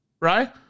Right